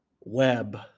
Web